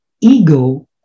ego